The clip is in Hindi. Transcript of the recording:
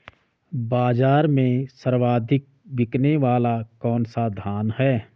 बाज़ार में सर्वाधिक बिकने वाला कौनसा धान है?